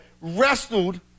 wrestled